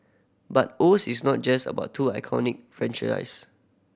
but Oz is not just about two iconic franchises